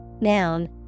noun